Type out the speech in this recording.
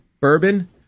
bourbon